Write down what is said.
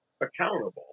accountable